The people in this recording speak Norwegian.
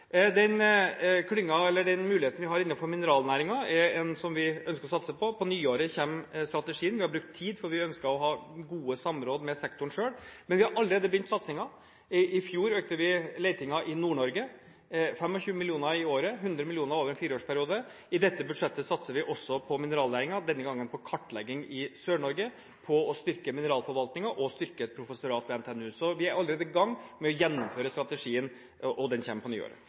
Den muligheten vi har innenfor mineralnæringen, er noe som vi ønsker å satse på. På nyåret kommer strategien. Vi har brukt tid, for vi ønsker å ha gode samråd med sektoren selv. Men vi har allerede begynt satsingen. I fjor økte vi letingen i Nord-Norge med 25 mill. kr i året – 100 mill. kr over en fireårsperiode. I dette budsjettet satser vi også på mineralnæringen, denne gangen på kartlegging i Sør-Norge, på å styrke mineralforvaltningen og styrke et professorat på NTNU. Så vi er allerede i gang med å gjennomføre strategien, og den kommer på nyåret.